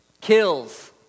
kills